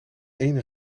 één